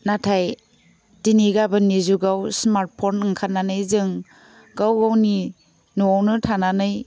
नाथाय दिनै गाबोननि जुगाव स्मार्ट फन ओंखारनानै जों गाव गावनि न'वावनो थानानै